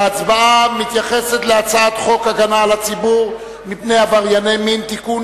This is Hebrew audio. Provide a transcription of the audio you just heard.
הצעת חוק הגנה על הציבור מפני עברייני מין (תיקון,